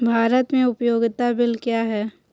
भारत में उपयोगिता बिल क्या हैं?